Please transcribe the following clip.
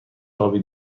آبی